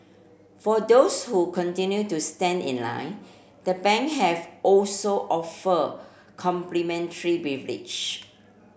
for those who continue to stand in line the bank have also offer complimentary beverage